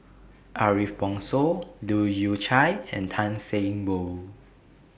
Ariff Bongso Leu Yew Chye and Tan Seng Poh